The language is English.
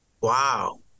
Wow